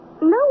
No